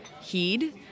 heed